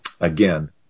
Again